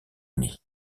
uni